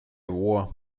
war